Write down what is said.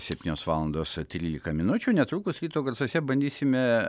septynios valandos trylika minučių netrukus ryto garsuose bandysime